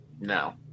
No